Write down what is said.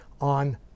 on